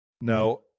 Now